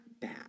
bad